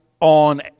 on